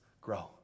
grow